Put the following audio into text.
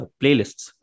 playlists